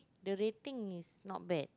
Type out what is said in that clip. the rating is not bad